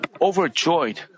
overjoyed